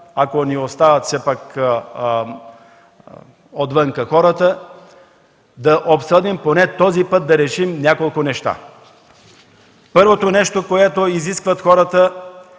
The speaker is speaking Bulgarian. ако ни оставят все пак отвън хората, да обсъдим този път и поне да решим няколко неща. Първото нещо, което изискват хората,